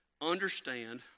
understand